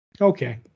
Okay